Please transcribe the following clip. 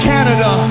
Canada